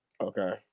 Okay